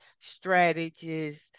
strategies